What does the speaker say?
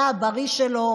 התא הבריא שלי.